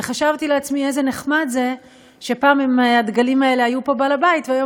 וחשבתי לעצמי: איזה נחמד זה שפעם הדגלים האלה היו פה בעל-הבית והיום